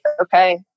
okay